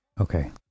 Okay